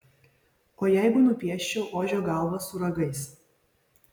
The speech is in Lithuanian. o jeigu nupieščiau ožio galvą su ragais